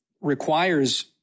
requires